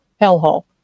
hellhole